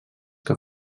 que